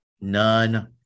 none